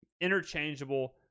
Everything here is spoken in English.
interchangeable